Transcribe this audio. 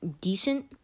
decent